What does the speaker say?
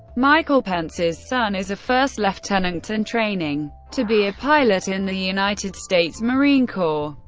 michael pence's son is a first lieutenant and training to be a pilot in the united states marine corps.